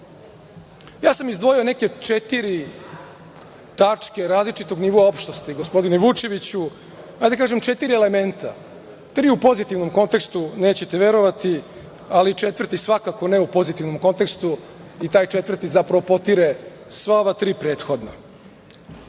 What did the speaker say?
ja sam izdvojio neke četiri tačke različitog nivoa opštosti, gospodine Vučeviću, da kažem četiri elementa, tri u pozitivnom kontekstu, nećete verovati, ali četvrti svakako ne u pozitivnom kontekstu i taj četvrti zapravo potire sva ova tri prethodna. Prva